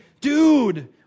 dude